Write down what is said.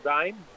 game